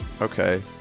Okay